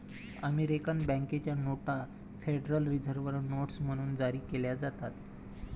American बँकेच्या नोटा Federal Reserve notes म्हणून जारी केल्या जातात